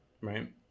Right